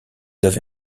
avez